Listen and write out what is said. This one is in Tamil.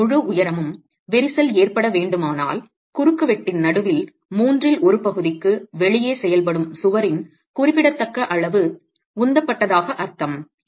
சுவரின் முழு உயரமும் விரிசல் ஏற்பட வேண்டுமானால் குறுக்குவெட்டின் நடுவில் மூன்றில் ஒரு பகுதிக்கு வெளியே செயல்படும் சுவரின் குறிப்பிடத்தக்க அளவு உந்தப்பட்டதாக அர்த்தம்